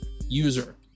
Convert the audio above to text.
user